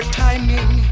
timing